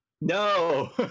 no